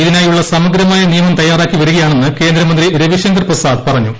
ഇതിനായുള്ള സമഗ്രമായ നിയമം തയ്യാറാക്കി വരികയാണെന്ന് കേന്ദ്ര മന്ത്രി രവിശങ്കർ പ്രസാദ് പറഞ്ഞു